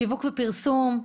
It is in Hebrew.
שיווק ופרסום.